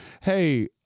hey